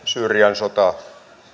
syyrian sota